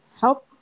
help